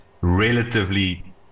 relatively